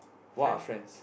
what are friends